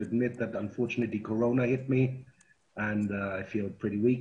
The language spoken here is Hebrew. להזכיר לעולם שהפלסטינים מחפשים רק ויתורים מצדנו,